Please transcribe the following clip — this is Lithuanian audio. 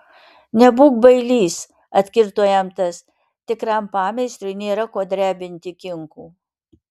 nebūk bailys atkirto jam tas tikram pameistriui nėra ko drebinti kinkų